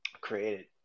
created